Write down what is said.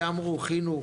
שאמרו "חינוך,